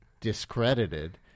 discredited